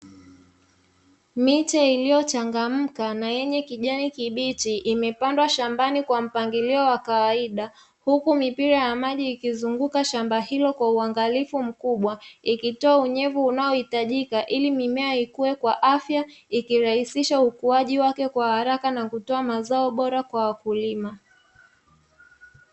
Miche iliyochangamka na yenye kijani kibichi, imepandwa shambani kwa mpangilio wa kawaida huku, mipira ya maji ikizunguka shamba hilo kwa uangalifu mkubwa ikitoa unyevu unaohitajika ili mimea ikuwe kwa afya ikirahisisha ukuaji wake kwa haraka na kutoa mazao bora kwa wakulima.